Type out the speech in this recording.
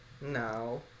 No